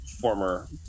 former